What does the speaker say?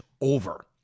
over